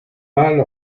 mâle